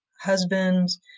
husbands